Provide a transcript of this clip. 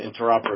interoperability